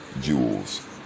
jewels